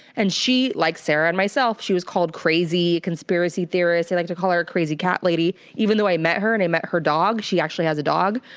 and she like sarah and myself, she was called crazy, conspiracy theorist. i like to call her a crazy cat lady even though i met her and i met her dog. she actually has a dog.